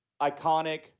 iconic